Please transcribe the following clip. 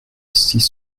six